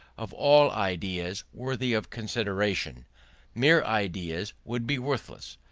of all ideas worthy of consideration mere ideas would be worthless.